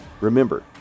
Remember